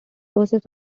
process